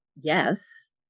yes